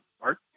art